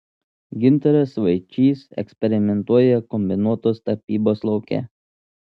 gintaras vaičys eksperimentuoja kombinuotos tapybos lauke